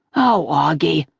ohh, auggie,